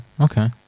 Okay